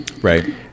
right